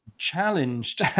challenged